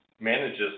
manages